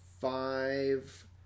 five